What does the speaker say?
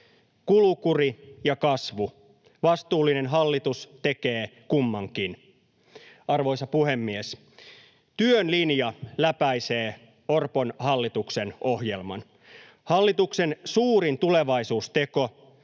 Kulukuri ja kasvu — vastuullinen hallitus tekee kummatkin. Arvoisa puhemies! Työn linja läpäisee Orpon hallituksen ohjelman. Hallituksen suurin tulevaisuusteko